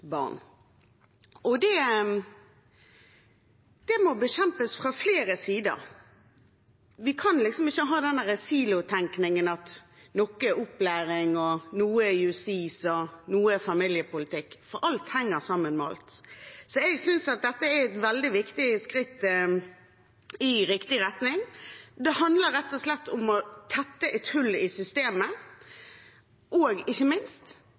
barn. Det må bekjempes fra flere sider. Vi kan liksom ikke ha denne silotenkningen om at noe er opplæring, noe justis og noe familiepolitikk, for alt henger sammen med alt. Jeg synes dette er et veldig viktig skritt i riktig retning. Det handler rett og slett om å tette et hull i systemet og ikke minst